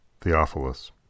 Theophilus